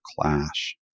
clash